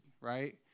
right